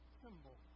symbol